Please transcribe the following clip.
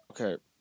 Okay